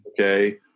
Okay